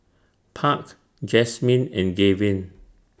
Park Jasmyn and Gavin